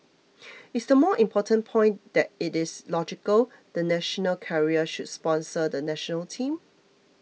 is the more important point that it is logical the national carrier should sponsor the National Team